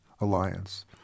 Alliance